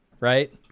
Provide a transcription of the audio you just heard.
Right